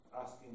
asking